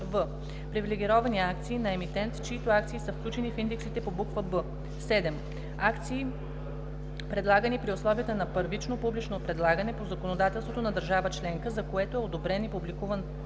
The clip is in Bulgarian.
привилегировани акции на емитент, чиито акции са включени в индексите по буква „б“; 7. акции, предлагани при условията на първично публично предлагане по законодателството на държава членка, за което е одобрен и публикуван